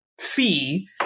fee